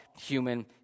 human